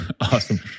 awesome